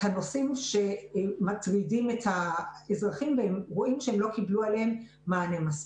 הנושאים שמטרידים את האזרחים ורואים שהם לא קיבלו עליהם מענה מספיק.